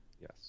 Yes